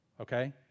Okay